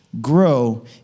grow